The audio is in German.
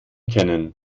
kennen